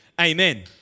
amen